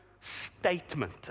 statement